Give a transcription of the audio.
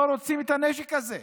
לא רוצים את הנשק הזה,